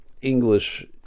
English